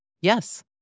Yes